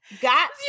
got